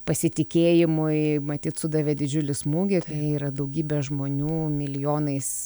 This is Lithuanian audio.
pasitikėjimui matyt sudavė didžiulį smūgį yra daugybė žmonių milijonais